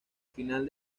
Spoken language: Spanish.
final